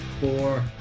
four